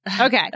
Okay